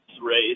race